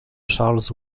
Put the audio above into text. charles